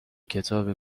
کتاب